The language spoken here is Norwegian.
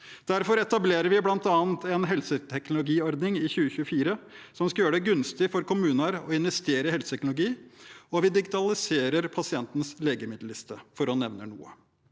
Derfor etablerer vi i 2024 bl.a. en helseteknologiordning som skal gjøre det gunstig for kommuner å investere i helseteknologi, og vi digitaliserer pasientens legemiddelliste, for å nevne noe.